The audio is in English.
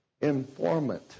informant